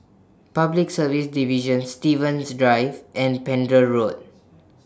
Public Service Division Stevens Drive and Pender Road